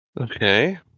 Okay